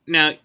Now